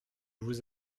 vous